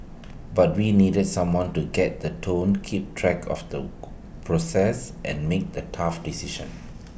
but we needed someone to get the tone keep track of the progress and make the tough decisions